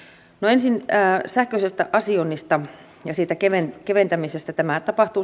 ensin sähköisestä asioinnista ja siitä keventämisestä tämä tapahtuu